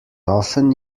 often